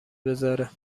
بذاره